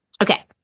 Okay